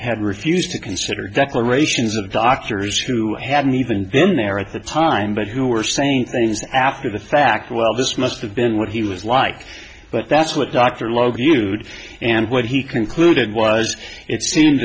had refused to consider declarations of doctors who hadn't even been there at the time but who were saying things after the fact well this must have been what he was like but that's what dr logan used and what he concluded was it seem